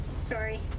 sorry